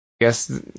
Guess